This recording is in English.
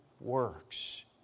works